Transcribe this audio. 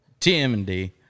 TMD